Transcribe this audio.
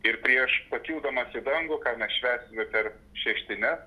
ir prieš pakildamas į dangų ką mes švęsime per šeštines